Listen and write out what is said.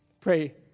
pray